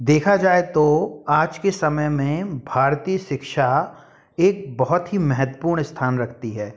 देखा जाए तो आज के समय में भारतीय शिक्षा एक बहुत ही महत्वपूर्ण स्थान रखती है